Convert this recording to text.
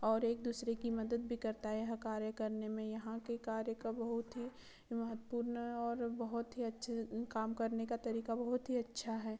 और एक दूसरे की मदद भी करता है यह कार्य करने मे यहाँ के कार्य का बहुत ही महत्वपूर्ण और बहुत ही अच्छे काम करने का तरीका बहुत ही अच्छा है